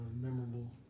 memorable